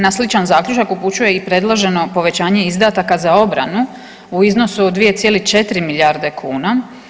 Na sličan zaključak upućuje i predloženo povećanje izdataka za obranu u iznosu od 2,4 milijarde kuna.